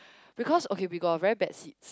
because okay we got a very bad seats